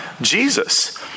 Jesus